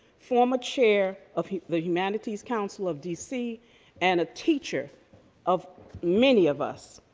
former chair of the humanities council of dc and a teacher of many of us.